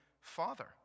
Father